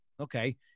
Okay